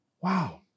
Wow